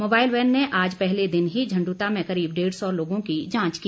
mobile van ने आज पहले दिन ही झंडुता में करीब डेढ़ सौ लोगों की जांच की